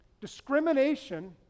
Discrimination